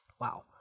Wow